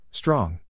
Strong